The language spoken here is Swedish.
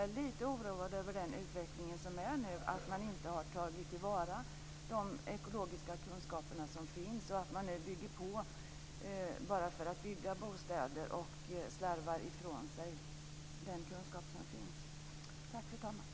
Jag är lite oroad av den nuvarande utvecklingen, att man inte tar till vara de ekologiska kunskaper som finns utan bara bygger vidare för att bostäder ska byggas och slarvar bort den kunskap som finns.